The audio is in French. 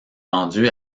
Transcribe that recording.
rendu